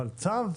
אבל צו?